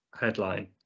headline